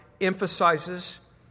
emphasizes